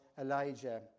Elijah